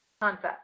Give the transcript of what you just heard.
concept